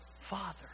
Father